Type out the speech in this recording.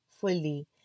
fully